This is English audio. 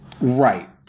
Right